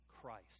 Christ